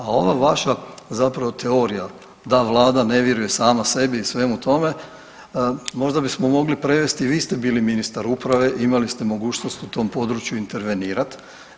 A ova vaša zapravo teorija da Vlada ne vjeruje sama sebi i svemu tome možda bismo mogli prevesti vi ste bili ministar uprave i imali ste mogućnost u tom području intervenirati.